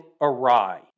awry